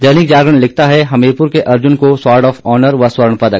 दैनिक जागरण लिखता है हमीरपुर के अर्जुन को स्वार्ड ऑफ ऑनर व र्स्वण पदक